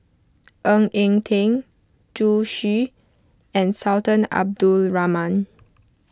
Ng Eng Teng Zhu Xu and Sultan Abdul Rahman